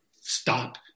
stop